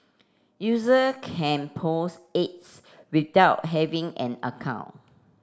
user can post ads without having an account